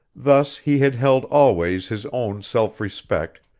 thus he had held always his own self-respect,